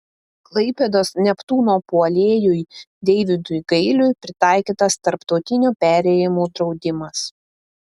klaipėdos neptūno puolėjui deividui gailiui pritaikytas tarptautinio perėjimo draudimas